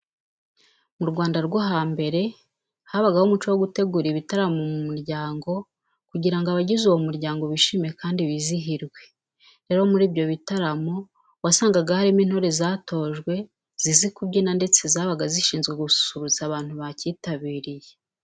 Mu Rwanda rwo hambere habagaho umuco wo gutegura ibitaramo mu muryango kugira ngo abagize uwo muryango bishime kandi bizihirwe. Rero muri ibyo bitaramo wasangaga harimo intore zatojwe zizi kubyina ndetse zabaga zishinzwe gususurutsa abantu bacyitabiriye.